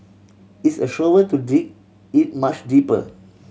it's a shovel to dig it much deeper